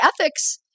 ethics